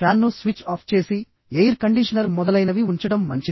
ఫ్యాన్ను switch off చేసి air conditioner మొదలైనవి ఉంచడం మంచిది